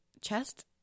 chest